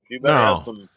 No